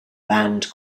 band